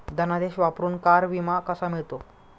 धनादेश वापरून कार विमा कसा मिळतो?